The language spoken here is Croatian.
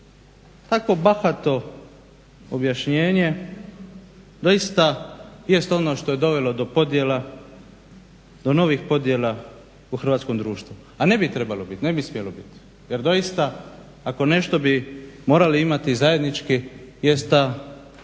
Tako bahato objašnjenje doista jest ono što je dovelo do podjela, do novih podjela u hrvatskom društvu. A ne bi trebalo biti, ne bi smjelo biti jer doista ako nešto bi morali imati zajednički jest